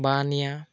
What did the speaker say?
বাঁহ নিয়া